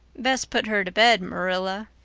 best put her to bed, marilla.